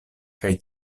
kaj